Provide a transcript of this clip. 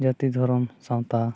ᱡᱟᱹᱛᱤ ᱫᱷᱚᱨᱚᱢ ᱥᱟᱶᱛᱟ